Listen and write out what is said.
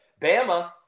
Bama